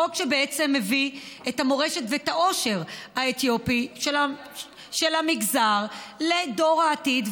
חוק שבעצם מביא את המורשת ואת העושר של המגזר האתיופי לדור העתיד,